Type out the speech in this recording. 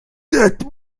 that